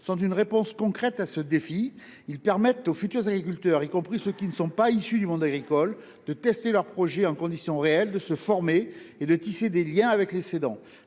une réponse concrète à ce défi. Ils permettent aux futurs agriculteurs, y compris à ceux qui ne sont pas issus du monde agricole, de tester leur projet en conditions réelles, de se former et de tisser des liens avec les cédants.